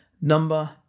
number